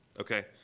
Okay